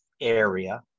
area